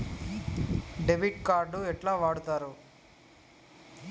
Debit card ఎట్లా వాడుతరు?